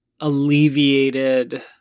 alleviated